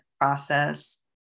process